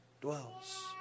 dwells